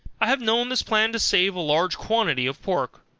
i have known this plan to save a large quantity of pork,